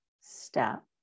step